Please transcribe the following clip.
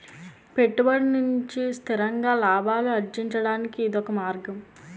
పెట్టుబడి నుంచి స్థిరంగా లాభాలు అర్జించడానికి ఇదొక మార్గం